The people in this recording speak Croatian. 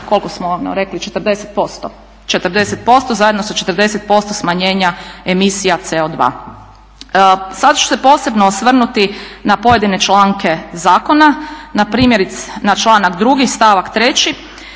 koliko smo ono rekli 40%. 40% zajedno sa 40% smanjenja emisija CO2. Sad ću se posebno osvrnuti na pojedine članke zakona, na primjer na članak drugi stavak treći.